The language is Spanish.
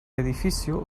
edificio